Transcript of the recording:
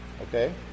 Okay